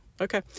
okay